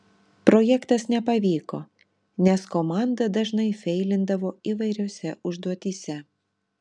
projektas nepavyko nes komanda dažnai feilindavo įvairiose užduotyse